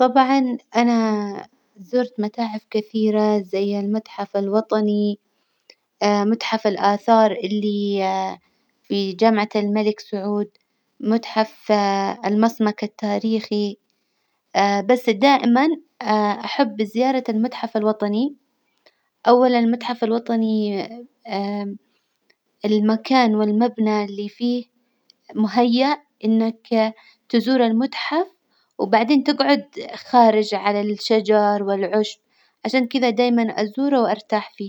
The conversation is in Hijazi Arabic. طبعا أنا زرت متاحف كثيرة زي المتحف الوطني متحف الآثار اللي في جامعة الملك سعود، متحف المصمك التاريخي بس دائما أحب زيارة المتحف الوطني، أولا المتحف الوطني المكان والمبنى اللي فيه مهيأ إنك تزور المتحف، وبعدين تجعد خارج على الشجر والعشب، عشان كذا دايما أزوره وأرتاح فيه.